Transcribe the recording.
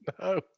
no